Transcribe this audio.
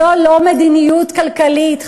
זו לא מדיניות כלכלית,